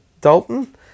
dalton